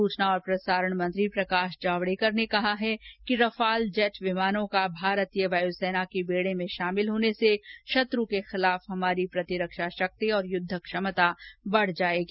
सूचना और प्रसारण मंत्री प्रकाश जावडेकर ने कहा है कि रफाल जेट विमानों का भारतीय वायुसेना के बेड़े में शामिल होने से शत्र के खिलाफ हमारी प्रतिरक्षा शक्ति और युद्धक क्षमता बढ़ जायेगी